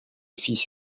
fils